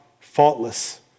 faultless